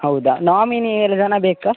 ಹೌದ ನಾಮಿನಿ ಎಲ್ಲಿಗಾರ ಬೇಕ